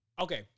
okay